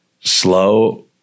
slow